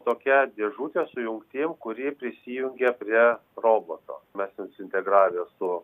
tokia dėžutė su jungtim kuri prisijungia prie roboto mes ten suintegravę su